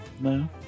no